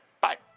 Bye